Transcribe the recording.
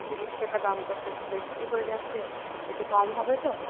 তিরিশ টাকা দামটা তো একটু বেশি হয়ে যাচ্ছে একটু কম হবে তো